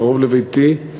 קרוב לביתי,